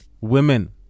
women